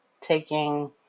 taking